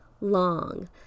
long